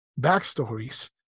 backstories